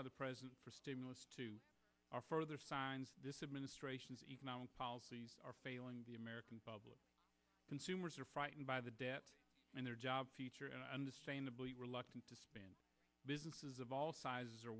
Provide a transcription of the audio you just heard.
by the president for stimulus two are further signs this administration's economic policies are failing the american public consumers are frightened by the debt and their job understandably reluctant to spend businesses of all sizes are